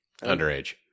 Underage